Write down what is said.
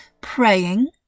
praying